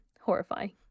horrifying